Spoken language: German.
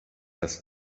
das